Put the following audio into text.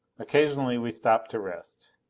occasionally we stopped to rest.